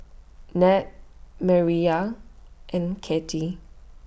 Nat Mireya and Kathey